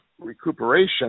recuperation